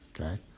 okay